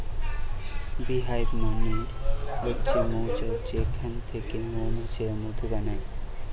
bee hive মানে হচ্ছে মৌচাক যেখান থিকে মৌমাছিরা মধু বানায়